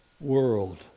world